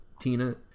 Tina